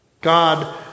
God